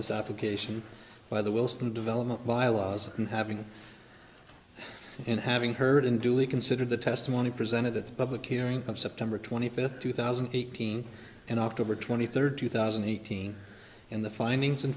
this application by the wilson development bylaws and having and having heard and duly considered the testimony presented at the public hearing of september twenty fifth two thousand and eighteen and october twenty third two thousand and eighteen in the findings in